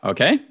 Okay